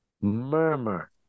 murmur